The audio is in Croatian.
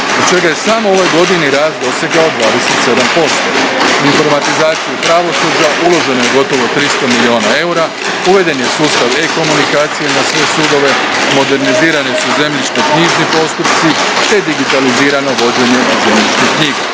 od čega je samo u ovoj godini rast dosegao 27%. U informatizaciju pravosuđa uloženo je gotovo 300 milijuna eura, uveden je sustav e-Komunikacije na sve sudove, modernizirane su zemljišnoknjižni postupci te je digitalizirano vođenje zemljišnih knjiga.